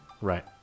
Right